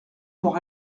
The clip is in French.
pour